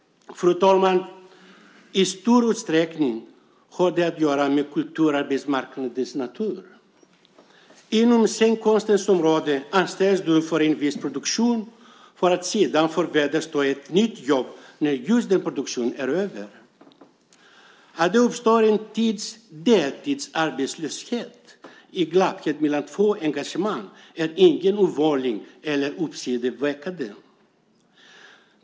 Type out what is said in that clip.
Fru talman! I stor utsträckning har det att göra med kulturarbetsmarknadens natur. Inom scenkonstens område anställs du för en viss produktion för att sedan förväntas ta ett nytt jobb när den produktionen är över. Att det uppstår en tids deltidsarbetslöshet i glappet mellan två engagemang är inget ovanligt eller uppseendeväckande.